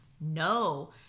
No